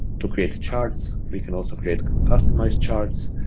to create charts, we can also create customize charts,